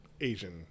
Asian